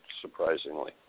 surprisingly